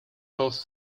both